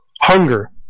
hunger